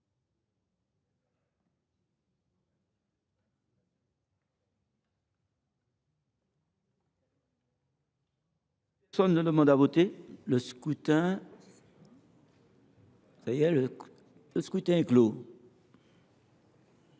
Personne ne demande plus à voter ?… Le scrutin est clos.